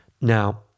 Now